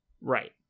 Right